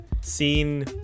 seen